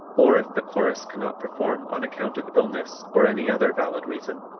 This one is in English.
or if the chorus cannot perform on account of illness or any other valid reason,